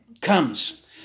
Comes